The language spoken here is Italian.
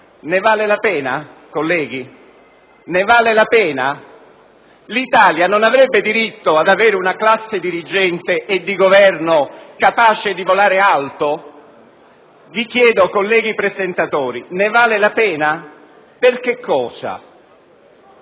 Ne vale la pena, onorevoli colleghi? L'Italia non avrebbe diritto ad avere una classe dirigente e di governo capace di volare alto? Vi chiedo, colleghi presentatori, ne vale la pena? E per che cosa?